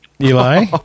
Eli